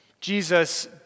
Jesus